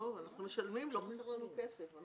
אנחנו משלמים, לא חסר לנו כסף.